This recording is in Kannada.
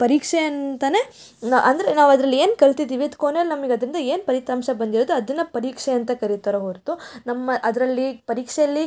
ಪರೀಕ್ಷೆ ಅಂತಲೇ ಅಂದರೆ ನಾವು ಅದ್ರಲ್ಲಿ ಏನು ಕಲ್ತಿದ್ದೀವಿ ಅದು ಕೊನೆಯಲ್ ನಮ್ಗೆ ಅದರಿಂದ ಏನು ಫಲಿತಾಂಶ ಬಂದಿರುತ್ತೆ ಅದನ್ನು ಪರೀಕ್ಷೆ ಅಂತ ಕರಿತಾರೆ ಹೊರತು ನಮ್ಮ ಅದರಲ್ಲಿ ಪರೀಕ್ಷೆಯಲ್ಲಿ